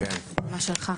הבמה שלך.